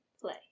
play